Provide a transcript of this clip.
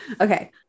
Okay